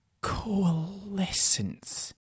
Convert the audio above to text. Coalescence